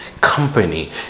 company